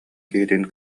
киһитин